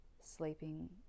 sleeping